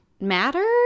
matter